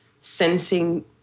sensing